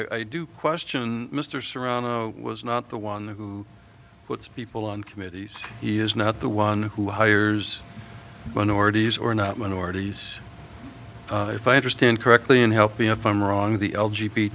jay i do question mr serrano was not the one who puts people on committees he is not the one who hires minorities or not minorities if i understand correctly and help me if i'm wrong the l g